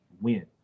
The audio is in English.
win